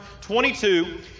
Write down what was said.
22